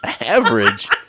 Average